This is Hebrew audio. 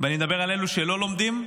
ואני מדבר על אלו שלא לומדים,